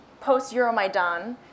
post-Euromaidan